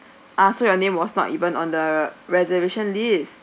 ah so your name was not even on the reservation list